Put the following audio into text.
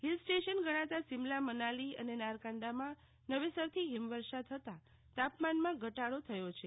hill station ગણાતા સીમલા મનાલી અને નારકન્યા માં નવેસરથી હિમવર્ષા થતા તાપમાનમાં ધટાડો થયો છે